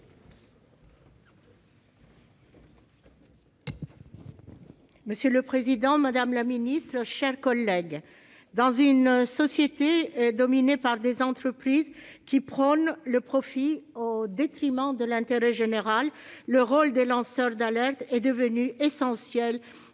Monsieur le président, madame la secrétaire d'État, mes chers collègues, dans une société dominée par des entreprises qui prônent le profit au détriment de l'intérêt général, le rôle des lanceurs d'alerte est devenu essentiel